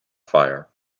fire